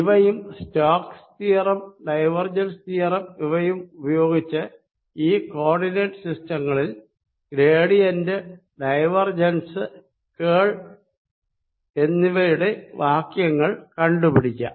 ഇവയും Stokes theorem divergence theorem ഇവയും ഉപയോഗിച്ച് ഈ കോ ഓർഡിനേറ്റ് സിസ്റ്റങ്ങളിൽ ഗ്രേഡിയന്റ് ഡൈവേർജെൻസ് കേൾ എന്നിവയുടെ വാക്യങ്ങൾ കണ്ടുപിടിക്കാം